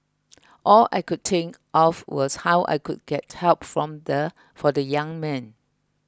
all I could think of was how I could get help from the for the young man